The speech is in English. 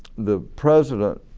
the president